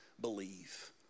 believe